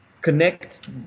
connect